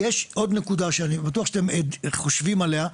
יש נקודה נוספת שאני בטוח שאתם חושבים עליה,